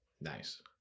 Nice